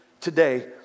today